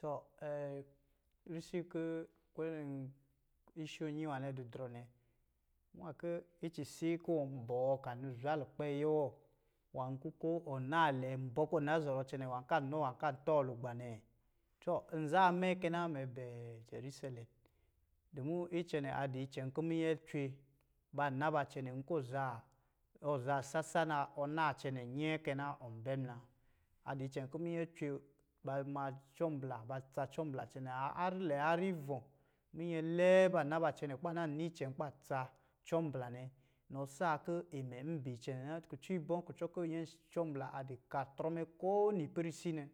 Tɔ risi kɔ̄ ishonyi wa nɛ di drɔ nɛ, nwa kɔ̄ icisi ku wɔ̄ bɔɔ ka ni zwa lukpɛ aye wɔ, nwā kɔ̄ ko ɔ na lɛ nbɔ kɔ na zɔrɔ cɛnɛ nwā kanɔ nwa kan tɔlugba nɛ. Tɔ nzaa mɛ kɛ na, mɛ bɛɛ jɛrisɛlɛm. Dumu icɛnɛ a di icɛn kɔ minyɛ cwe ba na ba cɛnɛ, nkɔ za, ɔ zaa sasa na, ɔ naa cɛnɛ nyɛɛ kɛ na, ɔ bɛ muna. A di icɛn kɔ̄ minyɛ cwe, ba ma cɔmblā, ba tsa cɔmblā cɛnɛ a-a-harr lɛ harr ivɔ̄, minyɛ lɛɛ ba na cɛnɛ kuba na ni icɛn kuba tsa cɔmblā nɛ. Nɔ sa kɔ̄ imɛ n bɛ icɛnɛ na, kucɔ ibɔ̄, kucɔ kɔ̄, nyɛ cɔmblā a di ka trɔ mɛ ko winii pɛrisi nɛ.